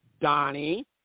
Donnie